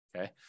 Okay